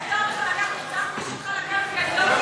מותר לך לקחת את סבתא שלך לקלפי?